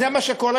זה מה שקורה,